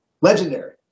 legendary